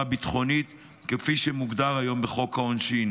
ביטחונית כפי שמוגדר היום בחוק העונשין.